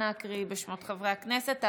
אנא הקריאי את שמות חברי הכנסת.